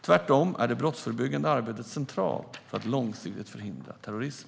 Tvärtom är det brottsförebyggande arbetet centralt för att långsiktigt förhindra terrorism.